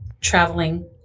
traveling